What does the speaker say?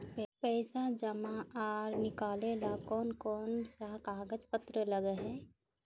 पैसा जमा आर निकाले ला कोन कोन सा कागज पत्र लगे है?